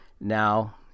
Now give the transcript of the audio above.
now